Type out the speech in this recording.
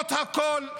ולמרות הכול,